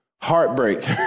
heartbreak